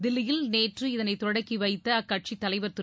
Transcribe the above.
தில்லியில் நேற்று இதனை தொடக்கி வைத்த கட்சி தலைவர் திரு